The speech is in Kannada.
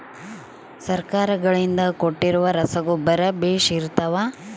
ಸರ್ಕಾರಗಳಿಂದ ಕೊಟ್ಟಿರೊ ರಸಗೊಬ್ಬರ ಬೇಷ್ ಇರುತ್ತವಾ?